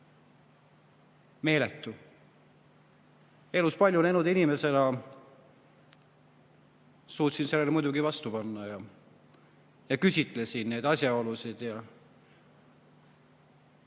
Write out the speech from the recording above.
Meeletu! Elus palju näinud inimesena suutsin sellele muidugi vastu panna ja küsitlesin neid nende asjaolude kohta.